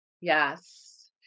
Yes